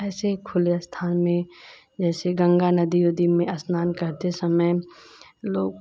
ऐसे खुले स्थान में जैसे गंगा नदी उदी में स्नान करते समय लोग